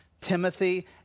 Timothy